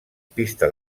pista